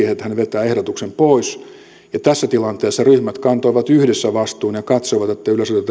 vetää ehdotuksen pois tässä tilanteessa ryhmät kantoivat yhdessä vastuun ja katsoivat että yleisradiota ei voida jättää